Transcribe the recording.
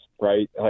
right